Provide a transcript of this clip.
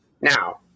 Now